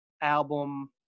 album